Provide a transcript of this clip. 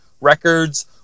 records